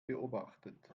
beobachtet